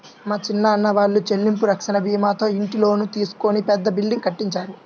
మా చిన్నాన్న వాళ్ళు చెల్లింపు రక్షణ భీమాతో ఇంటి లోను తీసుకొని పెద్ద బిల్డింగ్ కట్టించారు